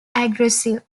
aggressive